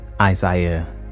Isaiah